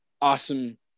awesome